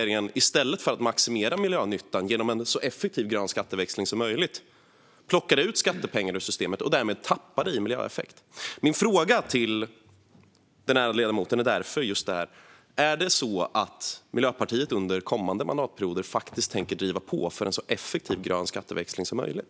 I stället för att maximera miljönyttan genom en så effektiv grön skatteväxling som möjligt plockade den förra regeringen ut pengar ur systemet. Därmed tappar vi i miljöeffekt. Min fråga till ledamoten är: Kommer Miljöpartiet under kommande mandatperiod att driva på för en så effektiv grön skatteväxling som möjligt?